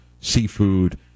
seafood